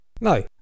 No